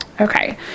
Okay